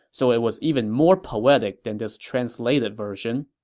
so it was even more poetic than this translated version